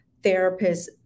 therapists